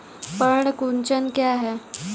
पर्ण कुंचन क्या है?